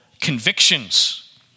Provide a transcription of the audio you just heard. convictions